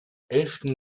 elften